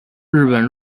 日本